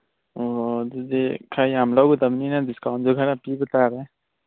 ꯑꯣ ꯑꯗꯨꯗꯤ ꯈꯔ ꯌꯥꯝ ꯂꯧꯒꯗꯕꯅꯤꯅ ꯗꯤꯁꯀꯥꯎꯟꯁꯨ ꯈꯔ ꯄꯤꯕ ꯇꯥꯔꯦ